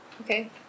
Okay